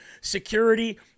security